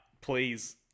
please